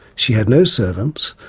she had no servants,